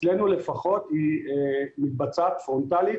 אצלנו לפחות, היא מתבצעת פרונטלית